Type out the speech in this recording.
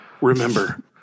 Remember